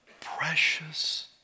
precious